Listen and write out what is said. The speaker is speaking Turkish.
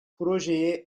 projeye